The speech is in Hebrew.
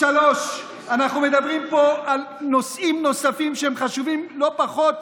3. אנחנו מדברים פה על נושאים נוספים שהם חשובים לא פחות,